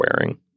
wearing